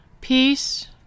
peace